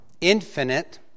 infinite